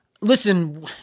listen